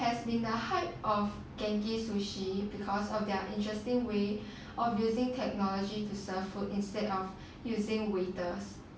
has been a hype of genki sushi because of their interesting way of using technology to serve food instead of using waiters